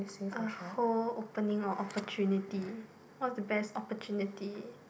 a whole opening or opportunity what's the best opportunity